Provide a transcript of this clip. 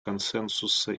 консенсуса